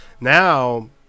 now